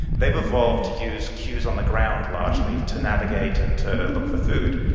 they have evolved to use cues on the ground largely to navigate and to look for food,